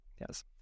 Yes